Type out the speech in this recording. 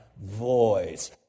voice